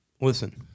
Listen